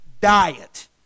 diet